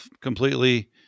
Completely